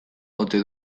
ote